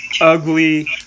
ugly